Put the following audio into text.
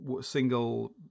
single